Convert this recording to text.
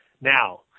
now